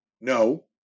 no